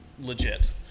legit